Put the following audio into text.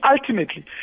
ultimately